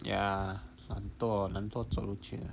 ya 懒惰懒惰走路去 ah